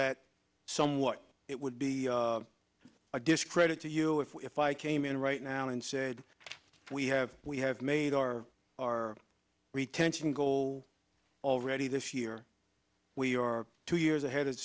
that somewhat it would be a discredit to you if i came in right now and said we have we have made our our retention goal already this year we are two years ahead of